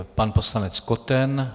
Pan poslanec Koten.